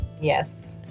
Yes